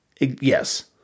Yes